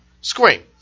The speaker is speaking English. Scream